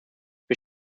wir